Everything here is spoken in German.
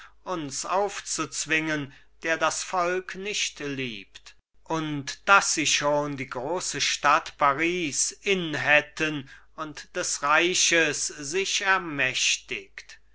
uns aufzuzwingen der das volk nicht liebt und daß sie schon die große stadt paris innhätten und des reiches sich ermächtigt